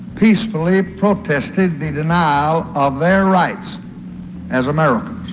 peacefully protested the denial of their rights as americans.